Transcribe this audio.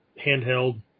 handheld